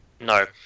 No